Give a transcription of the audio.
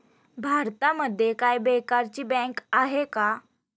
भारतामध्ये काय बेकारांची बँक आहे का?